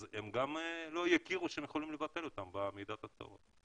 אז הם גם לא יכירו שהם יכולים לבטל אותם במידת הצורך.